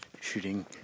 Shooting